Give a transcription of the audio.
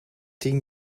tien